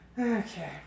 Okay